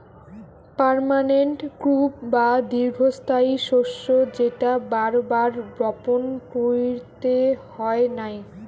permanent crop বা দীর্ঘস্থায়ী শস্য যেটা বার বার বপণ কইরতে হয় নাই